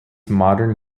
modern